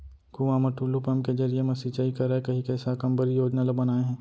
कुँआ म टूल्लू पंप के जरिए म सिंचई करय कहिके साकम्बरी योजना ल बनाए हे